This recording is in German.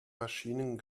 maschinen